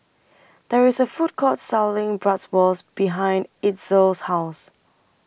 There IS A Food Court Selling Bratwurst behind Itzel's House